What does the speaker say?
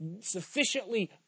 sufficiently